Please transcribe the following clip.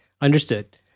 Understood